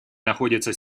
находится